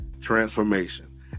transformation